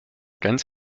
ganz